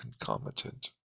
concomitant